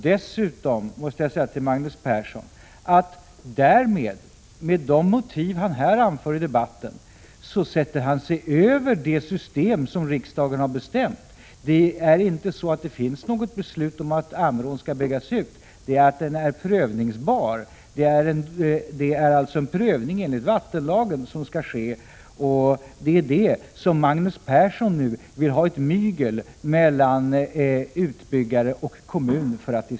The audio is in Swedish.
Dessutom måste jag säga att Magnus Persson, i och med de motiv som han anför i denna debatt, sätter sig över det system som riksdagen = Prot. 1986/87:36 har bestämt. Det finns inte något beslut om att Ammerån skall byggas ut. 26 november 1986 Frågan är prövningsbar. Det är alltså en prövning enligt vattenlagen SOM — I Jo mm bochällnina skall ske. I detta sammanhang vill Magnus Persson mygla och få till stånd en diskussion mellan utbyggare och kommun.